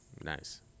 nice